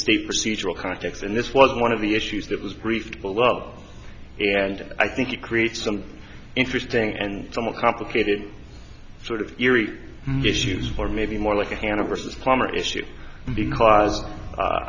state procedural context and this was one of the issues that was brief but well and i think it creates some interesting and somewhat complicated sort of eerie issues or maybe more like a hanna versus palmer issue because